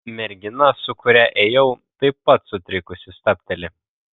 mergina su kuria ėjau taip pat sutrikusi stabteli